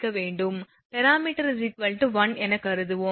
Parameters 1 என கருதுவோம்